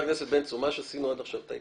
מלא